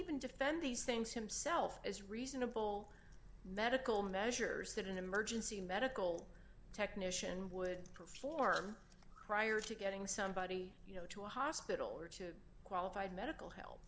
even defend these things himself is reasonable medical measures that an emergency medical technician would perform prior to getting somebody you know to a hospital or to qualified medical help